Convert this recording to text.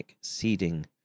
seeding